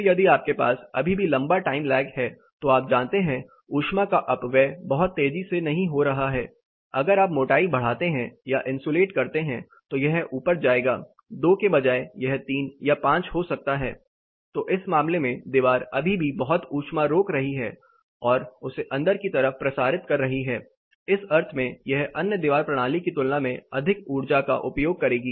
फिर यदि आपके पास अभी भी लंबा टाइम लैग है तो आप जानते हैं ऊष्मा का अपव्यय बहुत तेजी से नहीं हो रहा है अगर आप मोटाई बढ़ाते हैं या इंसुलेट करते हैं तो यह ऊपर जाएगा 2 के बजाय यह 3 या 5 हो सकता है तो इस मामले में दीवार अभी भी बहुत ऊष्मा रोक रही है और उसे अंदर की तरफ प्रसारित कर रही है इस अर्थ में यह अन्य दीवार प्रणाली की तुलना में अधिक ऊर्जा का उपभोग करेगी